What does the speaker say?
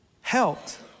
helped